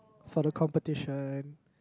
for the competition